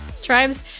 tribes